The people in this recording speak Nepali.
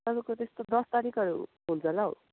तपाईँको त्यस्तो दस तारिकहरू हुन्छ होला हो